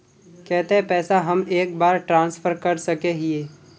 केते पैसा हम एक बार ट्रांसफर कर सके हीये?